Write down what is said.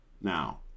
Now